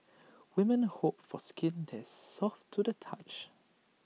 women hope for skin that is soft to the touch